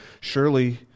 Surely